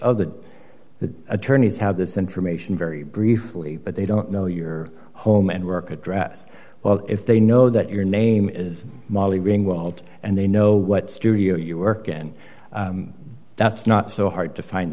the the attorneys have this information very briefly but they don't know your home and work address well if they know that your name is molly ringwald and they know what studio you work and that's not so hard to find